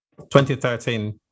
2013